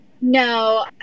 No